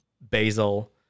Basil